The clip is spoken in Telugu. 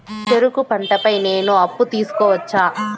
చెరుకు పంట పై నేను అప్పు తీసుకోవచ్చా?